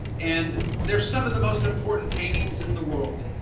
and there are some of the most important paintings in the world,